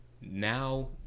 now